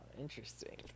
interesting